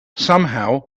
somehow